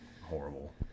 horrible